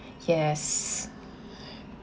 yes